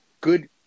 good